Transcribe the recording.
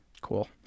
Cool